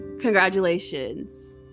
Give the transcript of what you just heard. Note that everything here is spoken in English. Congratulations